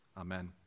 amen